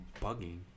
bugging